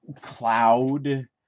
Cloud